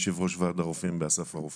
עם סכין תקועה מאחורה,